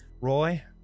Roy